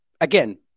Again